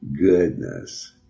goodness